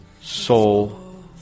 soul